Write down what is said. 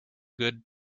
good